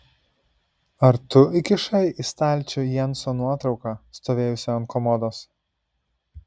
ar tu įkišai į stalčių jenso nuotrauką stovėjusią ant komodos